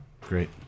Great